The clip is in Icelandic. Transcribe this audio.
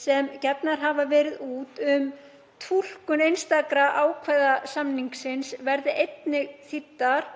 sem gefnar hafa verið út um túlkun einstakra ákvæða samningsins, verði einnig þýddar